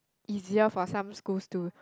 easier for some schools to